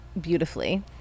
beautifully